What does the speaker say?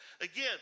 Again